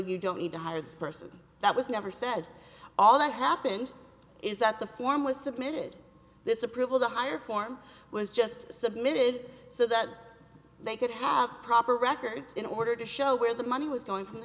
you don't need to hire this person that was never said all that happened is that the form was submitted this approval the highest form was just submitted so that they could have proper records in order to show where the money was going to the